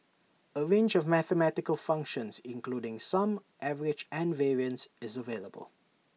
A range of mathematical functions including sum average and variance is available